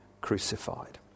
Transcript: crucified